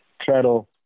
treadle